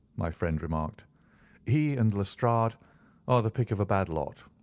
my friend remarked he and lestrade are the pick of a bad lot.